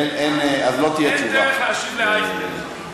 אין דרך להשיב לאייכלר.